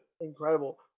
Incredible